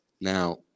Now